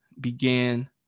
began